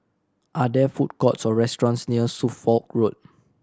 are there food courts or restaurants near Suffolk Road